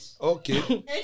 Okay